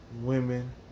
women